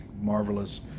marvelous